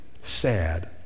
Sad